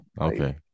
okay